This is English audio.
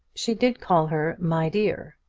she did call her my dear.